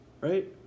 right